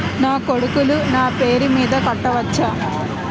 నా కొడుకులు నా పేరి మీద కట్ట వచ్చా?